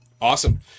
awesome